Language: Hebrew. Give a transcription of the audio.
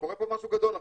קורה פה משהו גדול עכשיו,